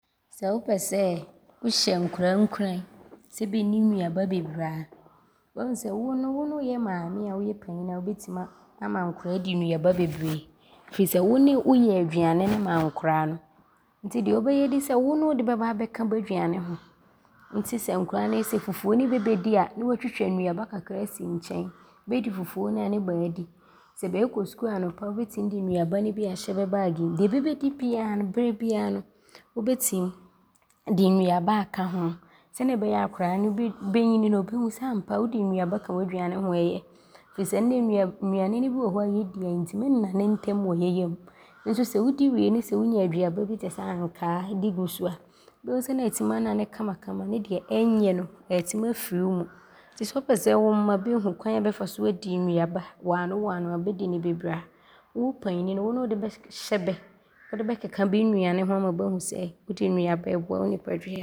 Sɛ wopɛ sɛ wohyɛ nkwadaa nkuran sɛ bɛnni nnuaba bebree a, woahu sɛ wo no, wo ne woyɛ maame a woyɛ panyini a wobɛtim ama nkwadaa adi nnuaba bebree firi wo ne woyɛ aduane no ma nkwadaa no nti deɛ wobɛyɛ di sɛ wo ne wode bɛba abɛka bɛ aduane ho nti sɛ nkwadaa no sɛ fufuo ne bɛbɛdi a ne woatwitwa nnuaba ne bi asi nkyɛn. Bɛdi fufuo no a ne bɛaadi. Sɛ bɛɛkɔ sukuu anɔpa so a, wobɛtim de nnuaba ne bi aahyɛ bɛ baage mu. Deɛ bɛbɛdi biaa no, berɛ a biaa no wobɛtim de nnuaba aaka ho sɛdeɛ ɔbɛyɛ a akwadaa no bɛnyini no, ɔbɛhu sɛ ampa wodi nnuaba ka w’aduane ho a, ɔyɛ firi sɛ nnɛ no nnuane ne bi wɔ hɔ a yɛdi a ɔntim nnane ntɛm wɔ yɛ yam nso sɛ wodi wie ne sɛ wonya aduaba bi te sɛ ankaa di gu so a, wobɛhu sɛ ne aatim anane kamakama ne deɛ ɔnyɛ no, aatim afiri wo mu nti sɛ wopɛ sɛ wo mma bɛhu kwan a bɛbɛfa so adi nnuaba waanowaano anaa bɛdi ne bebree a, wo panyini no, wo ne wode bɛhyɛ bɛ, wode bɛkeka bɛ nnuane ho ama bɛahu sɛ wodi nnuaba a, ɔboa wo nnipadua.